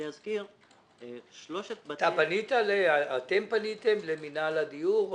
פניתם למינהל הדיור?